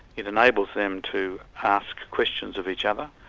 it enables them to ask questions of each other,